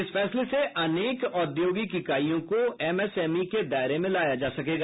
इस फैसले से अनेक औद्योगिक इकाईयों को एमएसएमई के दायरे में लाया जा सकेगा